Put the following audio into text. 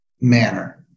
manner